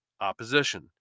opposition